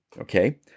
okay